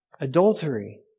adultery